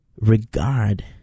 regard